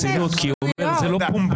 זאת חסינות כי היא אומרת שזה לא פומבי.